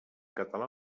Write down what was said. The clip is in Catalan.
català